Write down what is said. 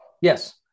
Yes